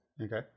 okay